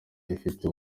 ifite